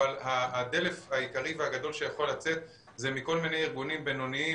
אבל הדלף העיקרי והגדול שיכול לצאת זה מכל מיני ארגונים בינוניים